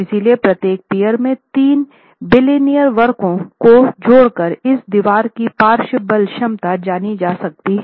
इसलिए प्रत्येक पीअर की 3 बिलिनियर वक्रों को जोड़कर इस दीवार की पार्श्व बल क्षमता जानी जा सकती है